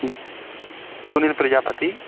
Sunil Prajapati